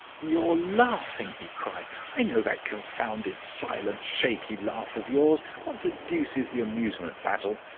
you're laughing he cried. i know that confounded, silent, shaky laugh of yours. what the deuce is the amusement, basil?